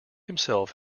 himself